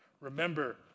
Remember